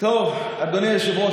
אדוני היושב-ראש,